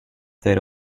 their